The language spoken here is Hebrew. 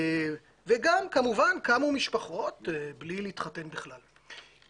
וגם כמובן קמו משפחות בלי להתחתן בכלל.